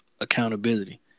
accountability